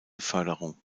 förderung